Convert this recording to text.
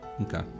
Okay